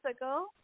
ago